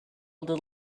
little